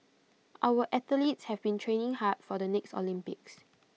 our athletes have been training hard for the next Olympics